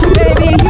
baby